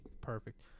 Perfect